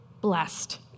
blessed